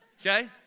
okay